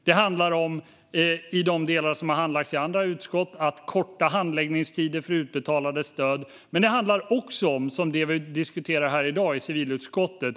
Det handlar i de delar som har handlagts i andra utskott om att korta handläggningstider för att utbetala stöd. Det handlar också om det som vi diskuterar här i dag med civilutskottet.